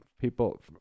people